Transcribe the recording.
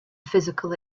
physical